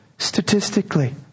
Statistically